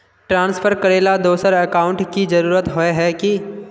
Transfer करेला दोसर account की जरुरत होय है की?